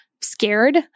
Scared